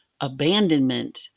Abandonment